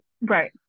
right